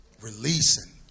Releasing